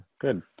good